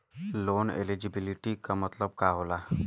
Loan eligibility का मतलब का होला?